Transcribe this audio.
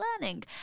learning